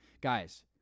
guys